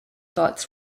thoughts